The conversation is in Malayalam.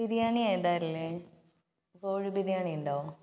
ബിരിയാണി ഏതാണ് ഉള്ളത് കോഴി ബിരിയാണി ഉണ്ടോ